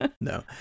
No